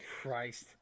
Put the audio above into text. Christ